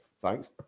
thanks